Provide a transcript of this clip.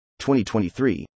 2023